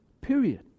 period